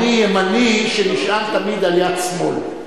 אני ימני שנשען תמיד על יד שמאל.